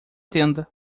tenda